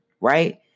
Right